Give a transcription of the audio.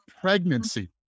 pregnancy